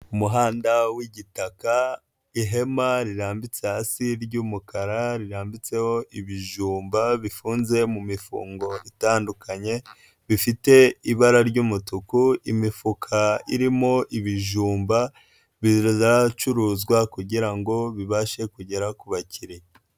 Umuhanda w'igitaka, ihema rirambitse hasi ry'umukara rirambitseho ibijumba bifunze mu mifungo itandukanye bifite ibara ry'umutuku, imifuka irimo ibijumba biracuruzwa kugira ngo bibashe kugera ku bakiriya.